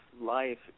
life